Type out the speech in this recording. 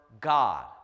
God